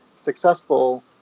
successful